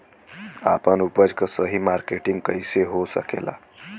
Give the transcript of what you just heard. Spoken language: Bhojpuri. आपन उपज क सही मार्केटिंग कइसे हो सकेला?